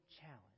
challenge